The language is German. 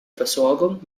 versorgung